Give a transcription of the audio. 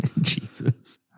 Jesus